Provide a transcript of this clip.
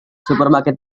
supermarket